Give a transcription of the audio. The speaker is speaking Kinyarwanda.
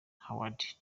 howard